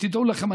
ותדעו לכם,